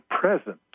present